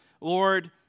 Lord